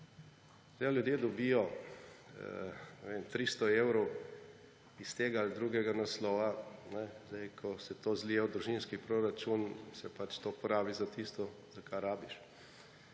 Zdaj, ali ljudje dobijo, ne vem, 300 evrov iz tega ali drugega naslova, ko se to zlije v družinski proračun, se to porabi za tisto, za kar rabiš,